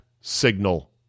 signal